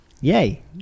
Yay